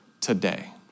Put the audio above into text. today